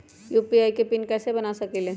UPI के PIN कैसे बना सकीले?